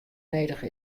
nedich